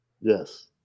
yes